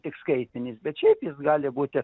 tik skaitinis bet šiaip jis gali būti